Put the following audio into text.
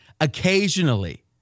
Occasionally